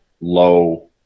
low